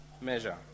measure